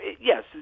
yes